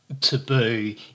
taboo